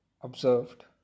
Observed